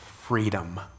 freedom